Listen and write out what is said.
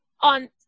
on